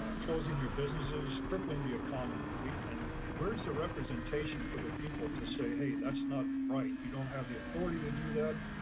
ah closing your businesses, crippling the economy. and where's the representation for the people to say, hey, that's not right. you don't have the authority to do that.